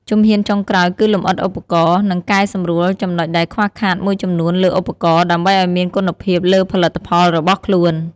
ជំហានចុងក្រោយគឺលំអិតឧបករណ៍ និងកែសម្រួលចំណុចដែលខ្វះខាតមួយចំនួនលើឧបករណ៍ ដើម្បីឲ្យមានគុណភាពលើផលិតផលរបស់ខ្លួន។